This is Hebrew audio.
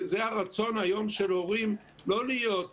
זה הרצון היום של הורים לא להיות במגזריות,